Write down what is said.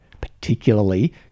particularly